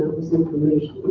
was information.